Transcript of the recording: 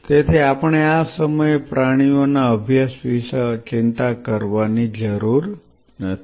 તેથી આપણે આ સમયે પ્રાણીઓના અભ્યાસ વિશે ચિંતા કરવાની જરૂર નથી